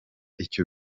icyo